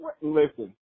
Listen